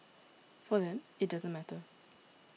for them it doesn't matter